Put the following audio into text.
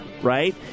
Right